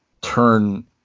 turn